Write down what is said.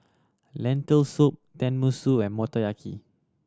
Lentil Soup Tenmusu and Motoyaki